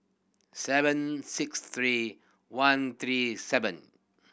seven six three one three seven